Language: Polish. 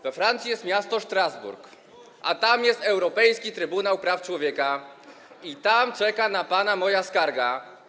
We Francji jest miasto Strasburg, a tam jest Europejski Trybunał Praw Człowieka i tam czeka na pana moja skarga.